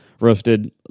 Roasted